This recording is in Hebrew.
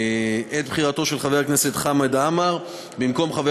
את בחירתו של חבר הכנסת חמד עמאר במקום חבר